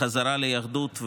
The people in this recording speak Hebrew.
חזרה ליהדות,